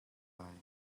lai